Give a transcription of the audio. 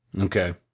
Okay